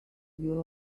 you